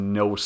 no